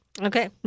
Okay